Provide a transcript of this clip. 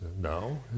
No